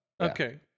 Okay